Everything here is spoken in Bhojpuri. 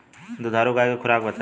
दुधारू गाय के खुराक बताई?